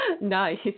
nice